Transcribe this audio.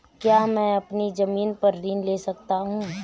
क्या मैं अपनी ज़मीन पर ऋण ले सकता हूँ?